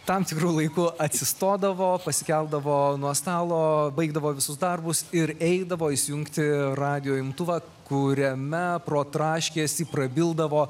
tam tikru laiku atsistodavo pasikeldavo nuo stalo baigdavo visus darbus ir eidavo įsijungti radijo imtuvą kuriame pro traškesį prabildavo